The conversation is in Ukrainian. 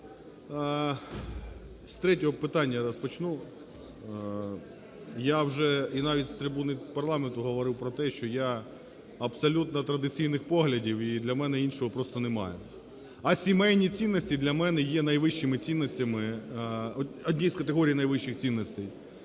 З третього питання розпочну. Я вже і навіть з трибуни парламенту говорив про те, що я абсолютно традиційних поглядів, і для мене іншого просто немає. А сімейні цінності для мене є найвищими цінностями, одні з категорій найвищих цінностей.